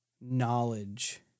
knowledge